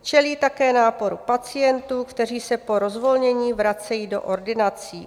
Čelí také náporu pacientů, kteří se po rozvolnění vracejí do ordinací.